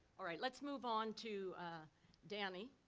alright, let's move on to danny.